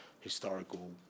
historical